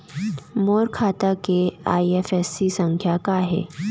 मोर खाता के आई.एफ.एस.सी संख्या का हे?